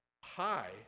High